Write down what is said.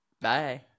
bye